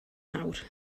nawr